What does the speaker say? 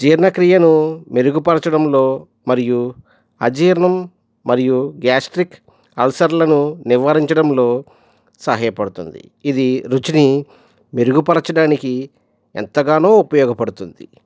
జీర్ణక్రియను మెరుగుపరచడంలో మరియు అజీర్ణం మరియు గ్యాస్ట్రిక్ అల్సర్లను నివారించడంలో సహాయపడుతుంది ఇది రుచిని మెరుగుపరచడానికి ఎంతగానో ఉపయోగపడుతుంది